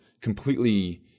completely